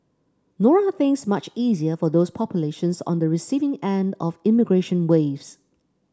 nor are things much easier for those populations on the receiving end of immigration waves